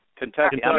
Kentucky